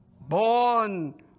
born